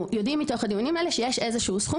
מתוך הדיונים האלה אנחנו יודעים שיש איזשהו סכום